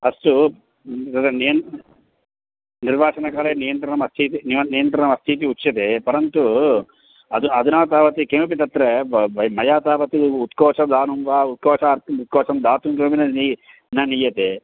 अस्तु तत्र नियन्त्रणं निर्वाचनकाले नियन्त्रणमस्ति इति नियमः नियन्त्रणमस्तीति उच्यते परन्तु अधुना अधुना तावत् किमपि तत्र मया तावत् उत्कोचदानं वा उत्कोचार्थम् उत्कोचं दातुं किमपि न नी न नीयते